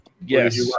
Yes